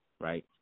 right